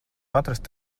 atrast